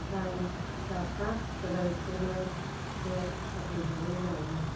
लाय लाफा फोनायखौबो नेट होदिंनानै लायो